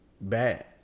bad